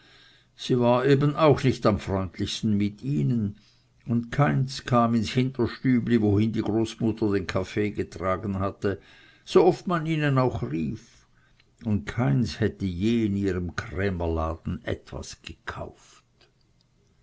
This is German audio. sie war eben auch nicht am freundlichsten mit ihnen und keins kam ins hinterstübli wohin die großmutter den kaffee getragen hatte sooft man ihnen auch rief und keins hätte je in ihrem krämerladen etwas gekauft